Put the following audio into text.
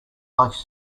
likes